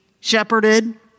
shepherded